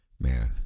Man